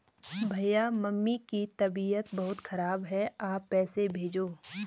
भैया मम्मी की तबीयत बहुत खराब है आप पैसे भेजो